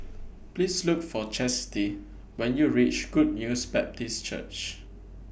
Please Look For Chasity when YOU REACH Good News Baptist Church